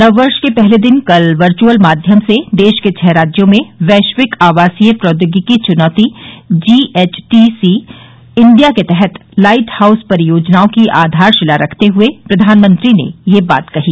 नववर्ष के पहले दिन कल वर्चअल माध्यम से देश के छह राज्यों में वैश्विक आवासीय प्रौद्योगिकीच्नौती जीएचटीसी इंडिया के तहत लाइट हाउस परियोजनाओं की आधारशिला रखते हुए प्रधानमंत्री ने यह बात कही